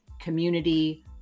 community